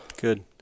Good